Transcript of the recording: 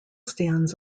stands